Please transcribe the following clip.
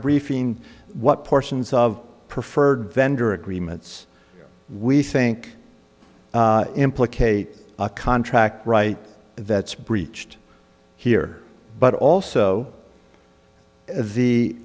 briefing what portions of preferred vendor agreements we think implicate a contract right that's breached here but also the